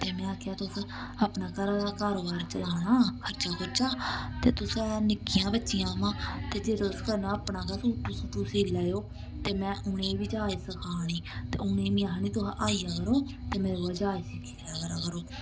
ते में आखेआ तुस अपना घरा दा कारोबार चलाना खर्चा खुर्चा ते तुसें निक्कियां बच्चियां महां ते जे तुस करना अपना गै सूटू सूटू सी लैएओ ते में उ'नेंगी बी जाच सखानी ते उ'नेंगी मीं आखनी तुस आई जाया करो ते मेरे कोला जाच सिक्खी लै करा करो